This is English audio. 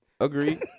Agreed